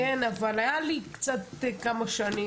אבל היו לי כמה שנים.